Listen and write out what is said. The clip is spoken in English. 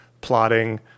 plotting